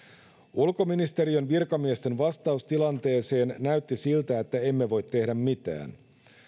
ulkoministeriön virkamiesten vastaus tilanteeseen näytti siltä että emme voi tehdä mitään